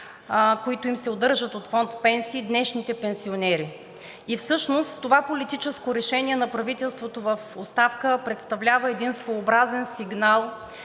които им се удържат от фонд „Пенсии“, днешните пенсионери и всъщност това политическо решение на правителството в оставка представлява един своеобразен сигнал,